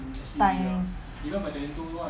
times